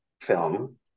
film